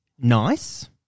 nice